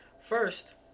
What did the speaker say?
First